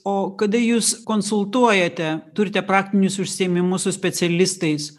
o kada jūs konsultuojate turite praktinius užsiėmimus su specialistais